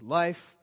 life